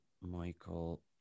Michael